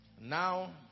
Now